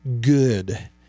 good